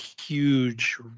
huge